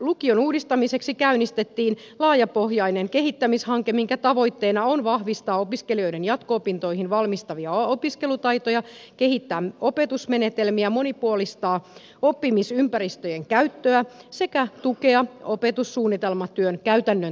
lukion uudistamiseksi käynnistettiin laajapohjainen kehittämishanke minkä tavoitteena on vahvistaa opiskelijoiden jatko opintoihin valmistavia opiskelutaitoja kehittää opetusmenetelmiä monipuolistaa oppimisympäristöjen käyttöä sekä tukea opetussuunnitelmatyön käytännön toteutusta